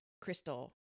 crystal